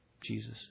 Jesus